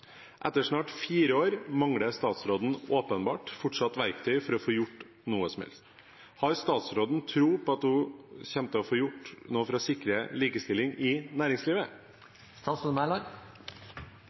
Etter snart 4 år mangler statsråden åpenbart fortsatt verktøy for å få gjort noe. Har statsråden tro på at hun kommer til å få gjort noe for å sikre likestilling i næringslivet?»